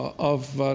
of